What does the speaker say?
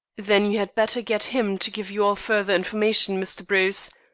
then you had better get him to give you all further information, mr. bruce,